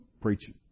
preaching